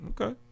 okay